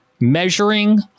measuring